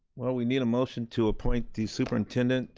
well, we need a motion to appoint the superintendent